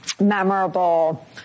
memorable